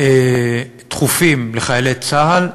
דחופים לחיילי צה"ל,